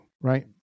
right